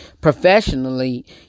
professionally